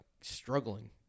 struggling